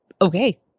okay